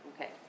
Okay